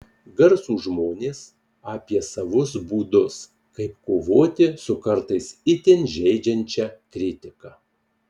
garsūs žmonės apie savus būdus kaip kovoti su kartais itin žeidžiančia kritika